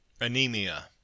Anemia